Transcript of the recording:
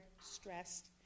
stressed